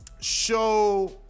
show